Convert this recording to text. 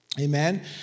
Amen